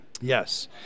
Yes